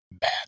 bad